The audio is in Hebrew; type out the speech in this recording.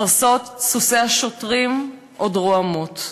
פרסות סוסי השוטרים עוד רועמות.